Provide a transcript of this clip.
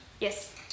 Yes